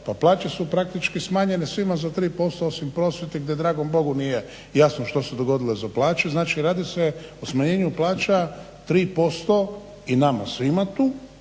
pa plaće su praktički smanjene svima za 3% osim prosvjeti gdje dragom Bogu nije jasno što se dogodilo za plaće, znači radi se o smanjenju plaća 3% i nama svima tu,